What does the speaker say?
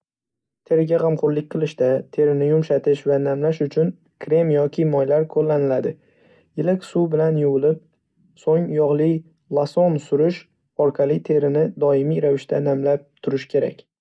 Teriga g'amxo'rlik qilishda terini yumshatish va namlash uchun krem yoki moylar qo'llaniladi. Iliq suv bilan yuvilib, so'ng yog'li loson surish orqali terini doimiy ravishda namlab turish kerak!